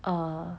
err